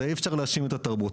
אז אי אפשר להאשים את התרבות.